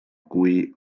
kui